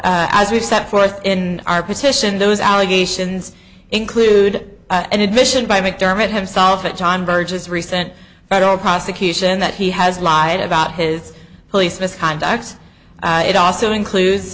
now as we set forth in our petition those allegations include an admission by mcdermott himself that john burgess recent federal prosecution that he has lied about his police misconduct it also includes